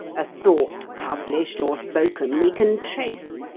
a thought published or spoken we can trace,